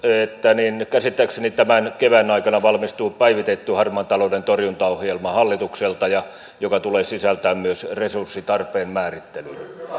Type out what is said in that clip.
että käsittääkseni tämän kevään aikana hallitukselta valmistuu päivitetty harmaan talouden torjuntaohjelma joka tulee sisältämään myös resurssitarpeen määrittelyn